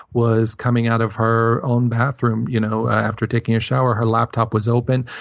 was coming out of her own bathroom you know after taking a shower. her laptop was open.